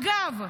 אגב,